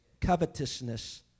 covetousness